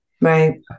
right